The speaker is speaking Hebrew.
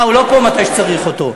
אה, הוא לא פה מתי שצריך אותו,